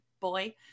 boy